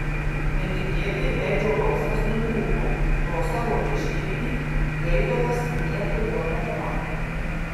netikėtai edžio balsas nutrūko pro savo ieškiklį gaigalas niekur jo nebematė